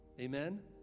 Amen